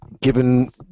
Given